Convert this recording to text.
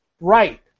Right